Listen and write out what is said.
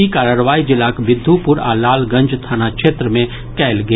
ई कार्रवाई जिलाक बिद्दुपुर आ लालगंज थाना क्षेत्र मे कयल गेल